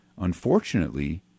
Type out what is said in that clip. unfortunately